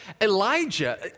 Elijah